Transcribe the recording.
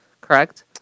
correct